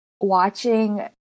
watching